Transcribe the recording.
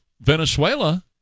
Venezuela